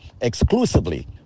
Exclusively